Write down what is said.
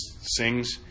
sings